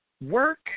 work